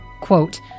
Quote